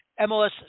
MLS